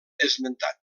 esmentat